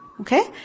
Okay